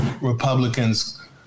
Republicans